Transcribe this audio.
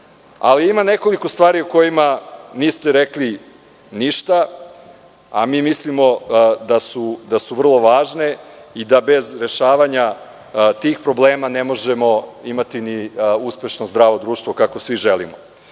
nekoliko stvari o kojima niste rekli ništa, a mi mislimo da su vrlo važne i da bez rešavanja tih problema ne možemo imati ni uspešno zdravo društvo kako svi želimo. Prva